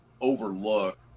overlook